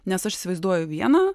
nes aš įsivaizduoju vieną